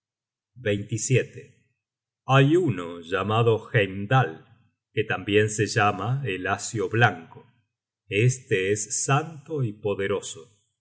dioses hay uno llamado heimdal que tambien se llama el asio blanco este es santo y poderoso